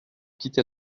quitté